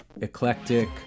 eclectic